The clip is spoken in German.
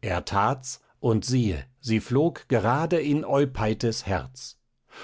er that's und siehe sie flog gerade in eupeithes herz